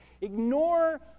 Ignore